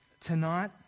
tonight